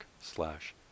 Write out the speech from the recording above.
slash